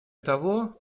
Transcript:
того